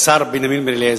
השר בנימין בן-אליעזר,